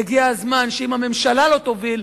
הגיע הזמן שאם הממשלה לא תוביל,